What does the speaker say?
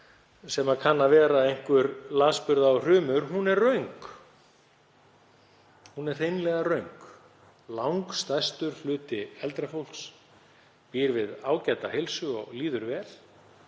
sem kann að vera einhver lasburða og hrumur, er röng. Hún er hreinlega röng. Langstærstur hluti eldra fólks býr við ágæta heilsu og líður vel.